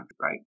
right